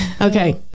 Okay